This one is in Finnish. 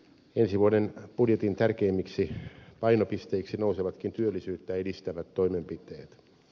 ensi vuoden budjetin tärkeimmiksi painopisteiksi nousevatkin työllisyyttä edistävät toimenpiteet